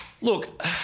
Look